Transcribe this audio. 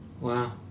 wow